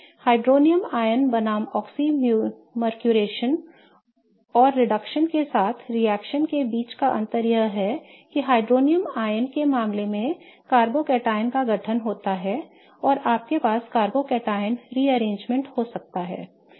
hydronium ion बनाम oxymercuration और reduction के साथ रिएक्शन के बीच का अंतर यह है कि हाइड्रोनियम आयन के मामले में कार्बोकैटायन का गठन होता है और आपके पास कार्बोकैटायन पुनर्व्यवस्था हो सकता है